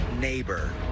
Neighbor